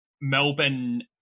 Melbourne